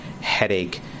headache